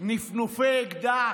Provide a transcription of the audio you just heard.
נפנופי אקדח,